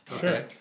Sure